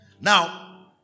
Now